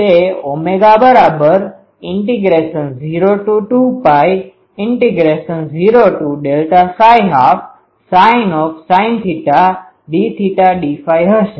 તે Ω૦2π૦12sin dθ dϕ હશે